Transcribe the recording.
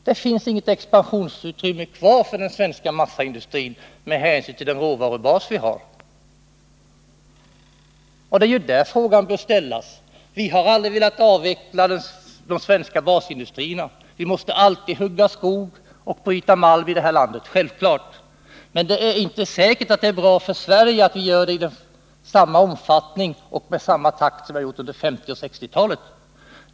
Det finns inget expansionsutrymme kvar för den svenska massaindustrin med tanke på den råvarubas som vi har. Det är ju detta frågan gäller. Vi har aldrig velat avveckla de svenska basindustrierna — det är självklart att vi alltid måste hugga skog och bryta malm i det här landet. Men det är inte säkert att det är bra för Sverige att vi gör det i samma omfattning som under 1950-talet och 1960-talet.